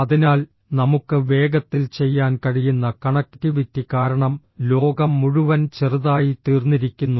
അതിനാൽ നമുക്ക് വേഗത്തിൽ ചെയ്യാൻ കഴിയുന്ന കണക്റ്റിവിറ്റി കാരണം ലോകം മുഴുവൻ ചെറുതായിത്തീർന്നിരിക്കുന്നു